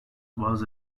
bazı